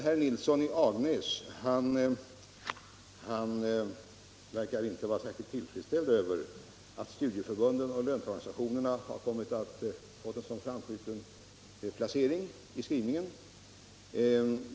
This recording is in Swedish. Herr Nilsson i Agnäs verkar inte vara särskilt tillfredsställd över att studieförbunden och löntagarorganisationerna har fått en så framskjuten placering i skrivningen.